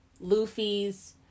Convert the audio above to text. luffy's